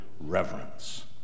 reverence